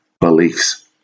beliefs